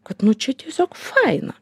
kad nu čia tiesiog faina